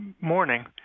morning